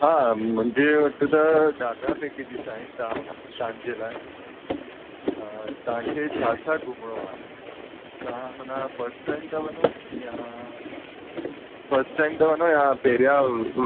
हा मुंहिंजे वटि त ॾाढा पेकेजिस आहिनि तव्हां तव्हांजे लाइ तव्हांखे छा छा घुमणो आहे तव्हां मनां फस्ट टाइम था वञो या फस्ट टाइम था वञो या पहिरां